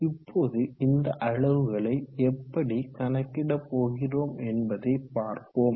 இப்போது இந்த அளவுகளை எப்படி கணக்கிட போகிறோம் என்பதை பார்ப்போம்